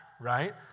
right